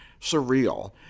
surreal